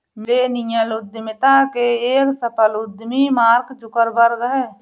millennial उद्यमिता के एक सफल उद्यमी मार्क जुकरबर्ग हैं